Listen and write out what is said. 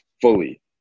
fully